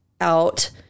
out